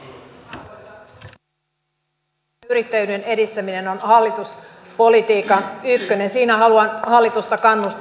työn ja yrittäjyyden edistäminen on hallituspolitiikan ykkönen siinä haluan hallitusta kannustaa